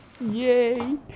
yay